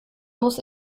muss